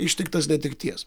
ištiktas netekties